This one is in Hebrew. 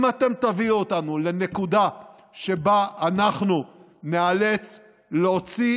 אם אתם תביאו אותנו לנקודה שבה אנחנו ניאלץ להוציא